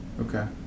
Okay